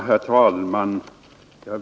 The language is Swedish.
Herr talman!